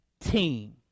team